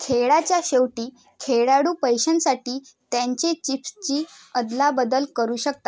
खेळाच्या शेवटी खेळाडू पैशांसाठी त्यांचे चिप्सची अदलाबदल करू शकता